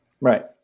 Right